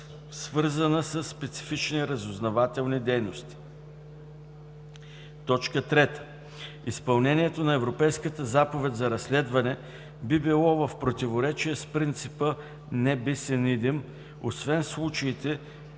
свързана със специфични разузнавателни дейности; 3. изпълнението на Европейската заповед за разследване би било в противоречие с принципа „ne bis in idem”, освен в случаите,